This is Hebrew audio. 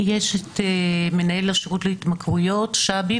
יש את מנהל השירות להתמכרויות שבי,